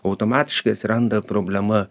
automatiškai atsiranda problema